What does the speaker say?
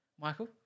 Michael